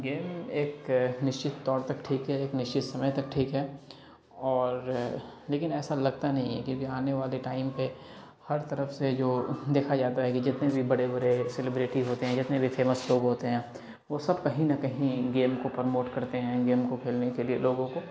game ایک نشچت طور تک ٹھیک ہے ایک نشچت سمے تک ٹھیک ہے اور لیکن ایسا لگتا نہیں ہے کیونکہ آنے والے ٹائم پہ ہر طرف سے جو دیکھا جاتا ہے کہ جتنے بھی بڑے بڑے سیلیبریٹی ہوتے ہیں جتنے بھی فیمس لوگ ہوتے ہیں وہ سب کہیں نہ کہیں گیم کو پرموٹ کرتے ہیں گیم کو کھیلنے کے لیے لوگوں کو